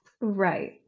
Right